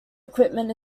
equipment